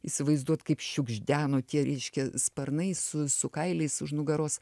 įsivaizduot kaip šiugždeno tie reiškia sparnai su su kailiais už nugaros